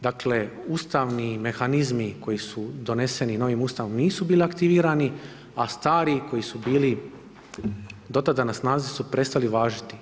Dakle, ustavni mehanizmi koji su doneseni novim Ustavom nisu bili aktivirani, a stari koji su bili do tada na snazi su prestali važiti.